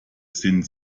sind